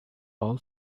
all